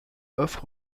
offre